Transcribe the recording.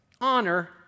Honor